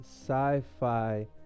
sci-fi